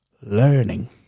learning